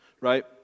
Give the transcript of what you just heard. right